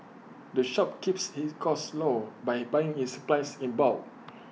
the shop keeps its costs low by buying its supplies in bulk